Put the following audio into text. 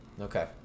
okay